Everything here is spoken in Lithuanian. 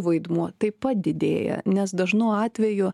vaidmuo taip pat didėja nes dažnu atveju